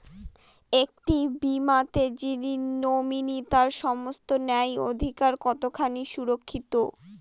একটি বীমাতে যিনি নমিনি তার সমস্ত ন্যায্য অধিকার কতখানি সুরক্ষিত?